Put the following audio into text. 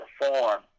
perform